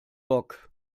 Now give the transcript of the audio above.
bock